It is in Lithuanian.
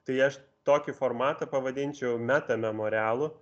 tai aš tokį formatą pavadinčiau meta memorialu